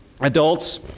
adults